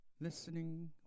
listening